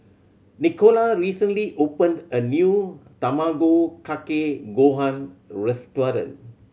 Nicola recently opened a new Tamago Kake Gohan restaurant